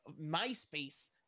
MySpace